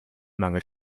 mangel